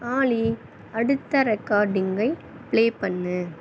ஆலி அடுத்த ரெக்கார்டிங்கை பிளே பண்ணு